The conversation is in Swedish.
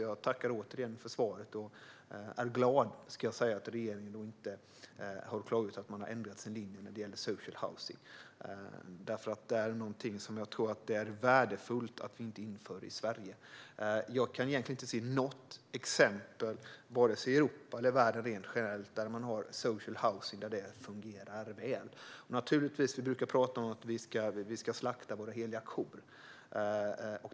Jag tackar återigen för svaret och är glad att regeringen har klargjort att man har ändrat sin linje när det gäller social housing. Det är värdefullt att vi inte inför det i Sverige. Jag kan egentligen inte se något exempel vare sig i Europa eller i världen rent generellt där man har social housing och det fungerar väl. Vi brukar prata om att vi ska slakta våra heliga kor.